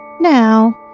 Now